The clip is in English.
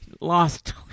Lost